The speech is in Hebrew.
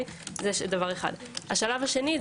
השלב השני,